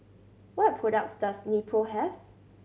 what products does Nepro have